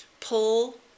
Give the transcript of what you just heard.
Pull